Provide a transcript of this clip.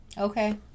Okay